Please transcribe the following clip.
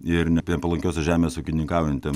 ir nepalankiose žemės ūkininkaujantiem